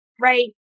right